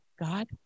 God